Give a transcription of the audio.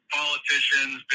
politicians